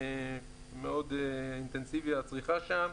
מאוד אינטנסיבי הצריכה שם,